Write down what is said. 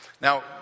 Now